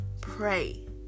Pray